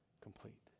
complete